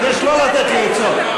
אני מבקש לא לתת לי עצות.